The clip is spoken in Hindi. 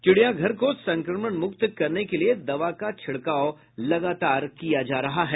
चिड़ियाघर को संक्रमण मुक्त करने के लिए दवा का छिड़काव लगातार किया जा रहा है